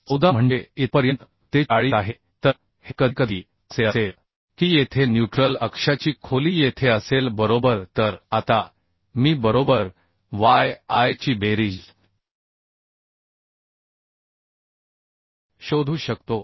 14 म्हणजे इथपर्यंत ते 40 आहे तर हे कधीकधी असे असेल की येथे न्यूट्रल अक्षाची खोली येथे असेल बरोबर तर आता मी बरोबर y i ची बेरीज शोधू शकतो